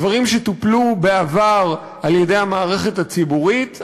דברים שטופלו בעבר על-ידי המערכת הציבורית,